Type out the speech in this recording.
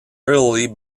early